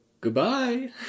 Goodbye